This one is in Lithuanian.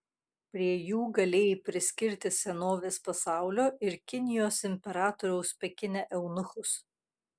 prie jų galėjai priskirti senovės pasaulio ir kinijos imperatoriaus pekine eunuchus